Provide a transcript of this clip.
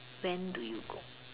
when do you go